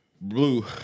Blue